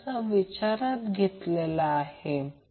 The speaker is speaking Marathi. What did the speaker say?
समजा हे असेच अशा पद्धतीने 0 घेतले जातात